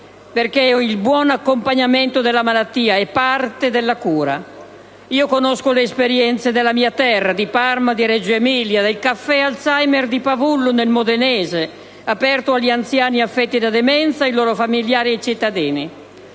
perché il buon accompagnamento della malattia è parte della cura. Io conosco le esperienze della mia terra, di Parma e Reggio Emilia, del "Caffè Alzheimer" di Pavullo nel modenese, aperto agli anziani affetti da demenza, ai loro familiari e ai cittadini.